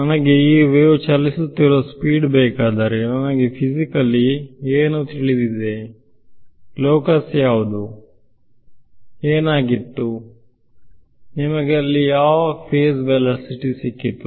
ನನಗೆ ಈ ವೇವ್ ಚಲಿಸುತ್ತಿರುವ ಸ್ಪೀಡ್ ಬೇಕಾದರೆ ನನಗೆ ಫಿಸಿಕಲ್ಲಿ ಏನು ತಿಳಿದಿದೆ ಲೋಕಸ್ ಯಾವುದು ವಿದ್ಯಾರ್ಥಿ ಏನಾಗಿತ್ತು ನಿಮಗೆ ಅಲ್ಲಿ ಯಾವ ಫೇಸ್ ವೆಲಾಸಿಟಿ ಸಿಕ್ಕಿತ್ತು